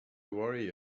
worry